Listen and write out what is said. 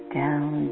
down